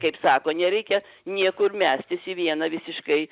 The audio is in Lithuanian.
kaip sako nereikia niekur mestis į vieną visiškai